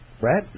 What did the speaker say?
Right